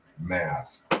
mass